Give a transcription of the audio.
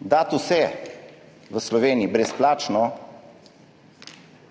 Dati vse v Sloveniji brezplačno,